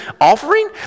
offering